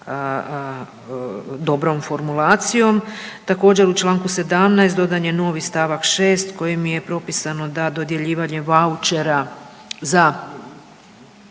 dobrom formulacijom. Također u čl. 17. dodan je novi st. 6. kojim je propisano da dodjeljivanjem vaučera za